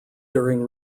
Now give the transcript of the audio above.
during